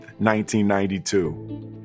1992